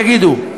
תגידו?